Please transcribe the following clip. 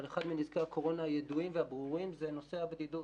ואחד מנזקי הקורונה הידועים והברורים זה נושא הבדידות.